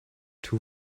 two